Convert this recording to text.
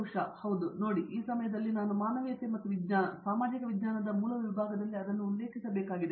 ಉಷಾ ಮೋಹನ್ ಹೌದು ನೋಡಿ ಈ ಸಮಯದಲ್ಲಿ ನಾನು ಮಾನವೀಯತೆ ಮತ್ತು ವಿಜ್ಞಾನ ಸಾಮಾಜಿಕ ವಿಜ್ಞಾನದ ಮೂಲ ವಿಭಾಗದಲ್ಲಿ ಅದನ್ನು ಉಲ್ಲೇಖಿಸಬೇಕಾಗಿದೆ